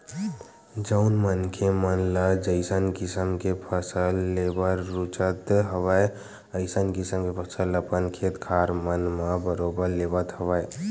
जउन मनखे मन ल जइसन किसम के फसल लेबर रुचत हवय अइसन किसम के फसल अपन खेत खार मन म बरोबर लेवत हवय